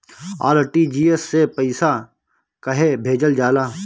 RTGS से पइसा कहे भेजल जाला?